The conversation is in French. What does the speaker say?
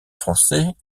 français